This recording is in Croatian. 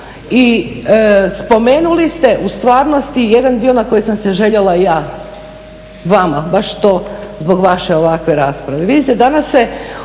i spomenuli ste u stvarnosti jedan dio na koji sam se željela ja vama baš to zbog vaše ovakve rasprave.